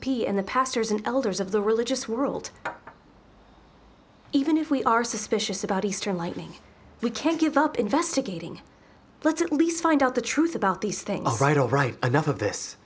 p and the pastors and elders of the religious world even if we are suspicious about easter lightning we can't give up investigating let's at least find out the truth about these things all right all right enough of this